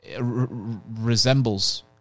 resembles